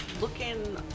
looking